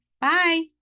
Bye